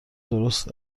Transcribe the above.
درست